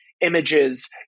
images